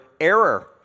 error